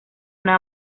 una